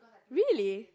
really